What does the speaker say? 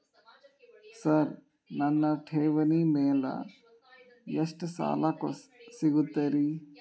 Sir ನನ್ನ ಠೇವಣಿ ಮೇಲೆ ಎಷ್ಟು ಸಾಲ ಸಿಗುತ್ತೆ ರೇ?